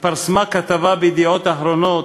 התפרסמה כתבה ב"ידיעות אחרונות"